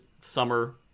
summer